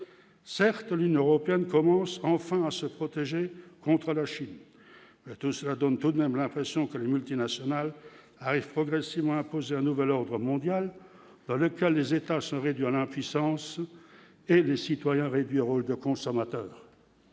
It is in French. certes l'Union européenne commence enfin à se protéger contre la Chine, tout cela donne tout de même l'impression que les multinationales arrivent progressivement imposer un nouvel ordre mondial dans lequel les états se réduit à l'impuissance et des citoyens réduire de consommateurs